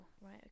right